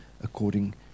according